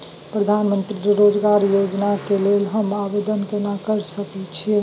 प्रधानमंत्री रोजगार योजना के लेल हम आवेदन केना कर सकलियै?